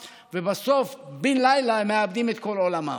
ובסוף בן-לילה הם מאבדים את כל עולמם.